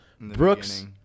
Brooks